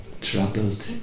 troubled